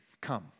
come